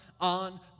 on